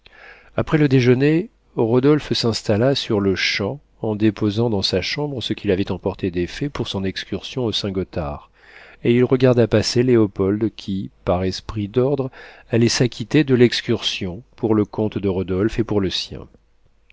après le déjeuner rodolphe s'installa sur-le-champ en déposant dans sa chambre ce qu'il avait emporté d'effets pour son excursion au saint-gothard et il regarda passer léopold qui par esprit d'ordre allait s'acquitter de l'excursion pour le comte de rodolphe et pour le sien